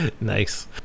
Nice